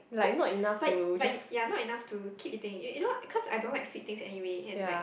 cause but but ya not enough to keep eating it you you know cause I don't like sweet things anyway and like